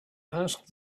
asked